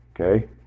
Okay